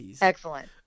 Excellent